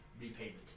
repayment